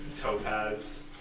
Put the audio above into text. topaz